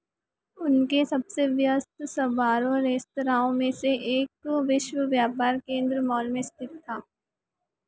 उनके सबसे व्यस्त सबारो रेस्तरांओं में से एक विश्व व्यापार केंद्र मॉल में स्थित था